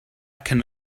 can